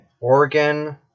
Oregon